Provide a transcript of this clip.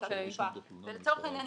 ולצורך העניין,